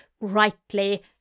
Rightly